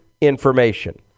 information